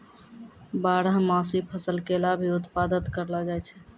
बारहमासी फसल केला भी उत्पादत करलो जाय छै